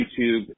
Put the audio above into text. YouTube